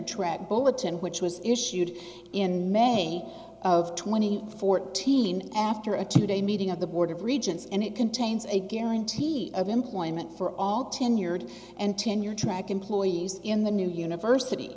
track bulletin which was issued in may of twenty fourteen after a two day meeting of the board of regents and it contains a guarantee of employment for all tenured and tenure track employees in the new